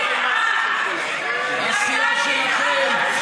אתה צבוע וגזען, הסיעה שלכם,